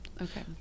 okay